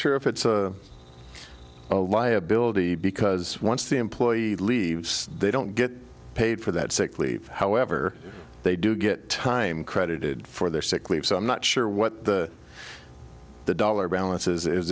sure if it's a a liability because once the employee leaves they don't get paid for that sick leave however they do get time credited for their sick leave so i'm not sure what the the dollar balances is